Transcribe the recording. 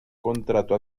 contrato